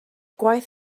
gwaith